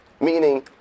meaning